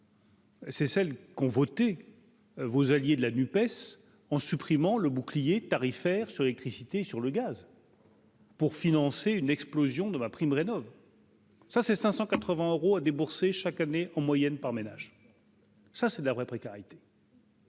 C'est celle qu'ont voté vos alliés de la NUPES en supprimant le bouclier tarifaire sur l'électricité sur le gaz. Pour financer une explosion de MaPrimeRénov'. ça, c'est 580 euros à débourser chaque année en moyenne par ménage, ça c'est de la vraie précarité.